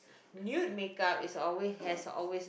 nude makeup is always has always